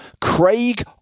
craig